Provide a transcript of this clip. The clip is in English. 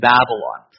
Babylon